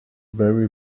barry